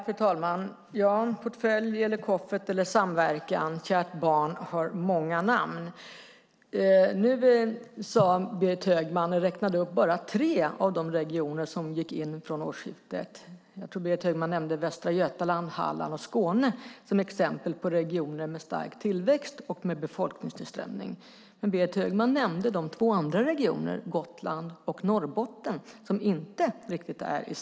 Fru talman! Portfölj, koffert eller samverkan - kärt barn har många namn. Nu räknade Berit Högman bara upp tre av de regioner som gick in från årsskiftet. Jag tror att Berit Högman nämnde Västra Götaland, Halland och Skåne som exempel på regioner med stark tillväxt och befolkningstillströmning. Men Berit Högman nämnde inte två andra regioner, Gotland och Norrbotten, som inte är i riktigt samma situation.